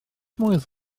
modd